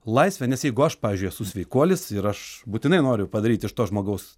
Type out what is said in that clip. laisvę nes jeigu aš pavyzdžiui esu sveikuolis ir aš būtinai noriu padaryt iš to žmogaus